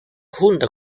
junta